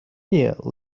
here